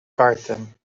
karten